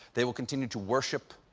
they will continue to worship,